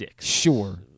Sure